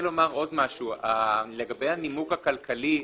לגבי הנימוק הכלכלי,